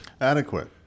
Adequate